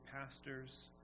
pastors